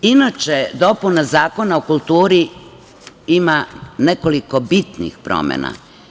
Inače, dopuna Zakona o kultura ima nekoliko bitnih promena.